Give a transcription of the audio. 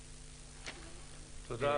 תכריעו.